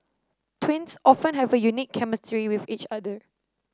twins often have a unique chemistry with each other